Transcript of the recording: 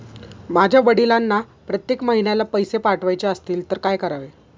माझ्या वडिलांना प्रत्येक महिन्याला पैसे पाठवायचे असतील तर काय करावे?